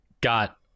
got